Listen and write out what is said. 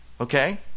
okay